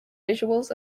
visuals